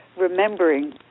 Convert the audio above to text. remembering